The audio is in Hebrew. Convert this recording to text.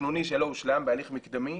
תכנוני שלא הושלם, בהליך מקדמי,